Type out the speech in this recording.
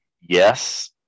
yes